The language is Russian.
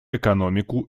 экономику